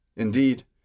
Indeed